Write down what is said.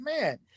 man